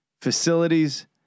facilities